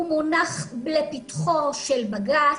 הוא מונח לפתחו של בג"ץ.